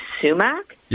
sumac